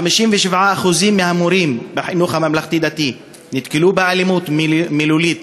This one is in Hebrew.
57% מהמורים בחינוך הממלכתי-דתי נתקלו באלימות מילולית,